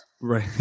Right